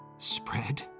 Spread